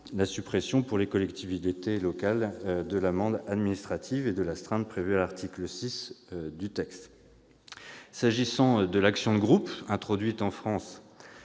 la suppression pour les collectivités locales de l'amende administrative et de l'astreinte prévue à l'article 6 du texte. Je veux également évoquer l'action de groupe, introduite en France